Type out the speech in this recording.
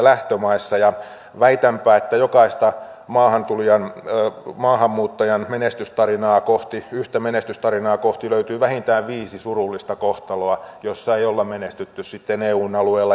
ja väitänpä että jokaista maahanmuuttajan yhtä menestystarinaa kohti löytyy vähintään viisi surullista kohtaloa jossa ei ole menestytty sitten eun alueella